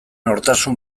nortasun